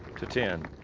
to ten.